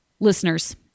Listeners